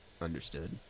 understood